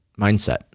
mindset